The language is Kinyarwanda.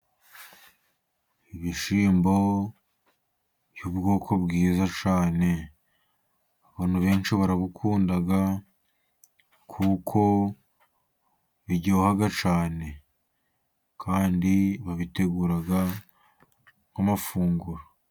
Ibishyimbo by'ubwoko bwiza cyane, abantu benshi barabikunda kuko biryoha cyane. Kandi babitegura nk'amafunguro.